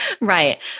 Right